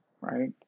Right